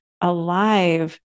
alive